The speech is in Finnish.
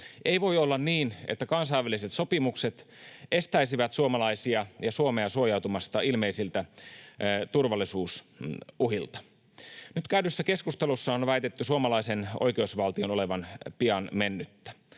Ei voi olla niin, että kansainväliset sopimukset estäisivät suomalaisia ja Suomea suojautumasta ilmeisiltä turvallisuusuhilta. Nyt käydyssä keskustelussa on väitetty suomalaisen oikeusvaltion olevan pian mennyttä.